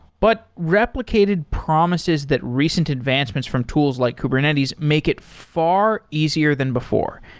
but replicated promises that recent advancements from tools like kubernetes make it far easier than before,